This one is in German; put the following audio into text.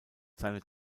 seine